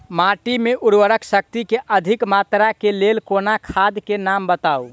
माटि मे उर्वरक शक्ति केँ अधिक मात्रा केँ लेल कोनो खाद केँ नाम बताऊ?